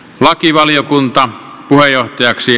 lakivaliokunta puheenjohtajaksi